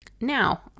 Now